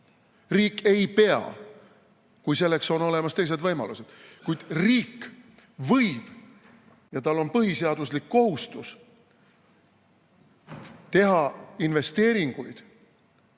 Riik ei pea, kui selleks on olemas teised võimalused. Kuid riik võib ja tal on põhiseaduslik kohustus teha investeeringuid